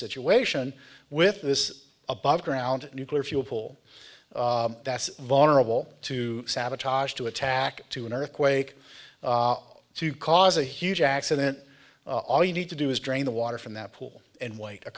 situation with this above ground nuclear fuel pool that's vulnerable to sabotage to attack to an earthquake to cause a huge accident all you need to do is drain the water from that pool and wait a